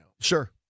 Sure